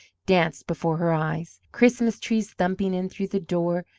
danced before her eyes christmas-trees thumping in through the door,